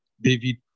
David